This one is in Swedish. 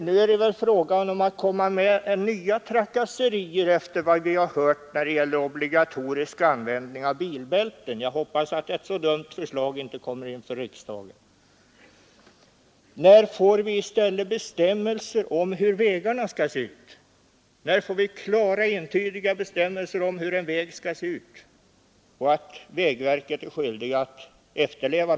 Nu är det väl fråga om nya trakasserier, efter vad vi har hört, när det gäller obligatorisk användning av bilbälten. Jag hoppas att ett så dumt förslag inte kommer inför riksdagen. När får vi i stället klara, entydiga bestämmelser om hur en väg skall se ut, bestämmelser som vägverket är skyldigt att efterleva?